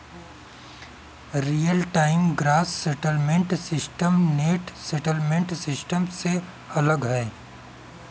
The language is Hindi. real time gross settlement system net settlement system से अलग है